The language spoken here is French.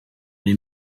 les